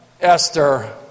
Esther